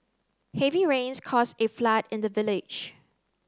heavy rains caused a flood in the village